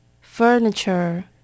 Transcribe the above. Furniture